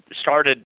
started